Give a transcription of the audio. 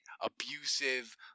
abusive